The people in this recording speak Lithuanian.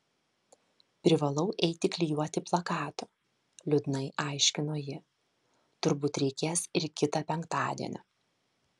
privalau eiti klijuoti plakatų liūdnai aiškino ji turbūt reikės ir kitą penktadienį